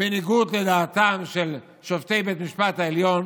בניגוד לדעת של שופטי בית המשפט העליון,